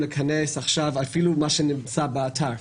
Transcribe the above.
להיכנס עכשיו אפילו מה שנמצא באתר.